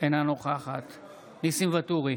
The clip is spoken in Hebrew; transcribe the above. אינה נוכחת ניסים ואטורי,